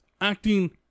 acting